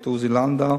ד"ר עוזי לנדאו.